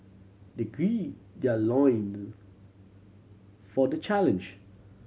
they gird their loins for the challenge